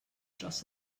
dros